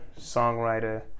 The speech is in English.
songwriter